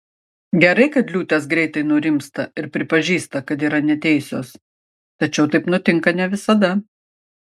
gerai kad liūtės greitai nurimsta ir pripažįsta kad yra neteisios tačiau taip nutinka ne visada